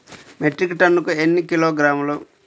Metric టన్నుకు ఎన్ని కిలోగ్రాములు?